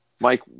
Mike